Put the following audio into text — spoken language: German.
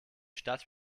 stadt